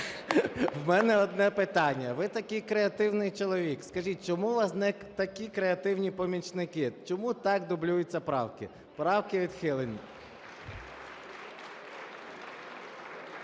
в мене одне питання. Ви – такий креативний чоловік, скажіть, чому в вас не такі креативні помічники? Чому так дублюються правки? Правки відхилені.